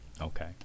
Okay